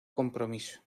compromiso